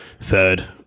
third